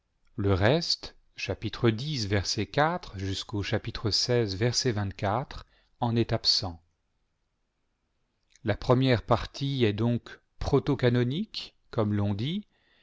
le reste x en est absent la première partie est donc protocanonique comme l'on dit